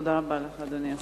תודה רבה לך, אדוני השר.